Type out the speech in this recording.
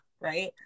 right